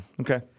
Okay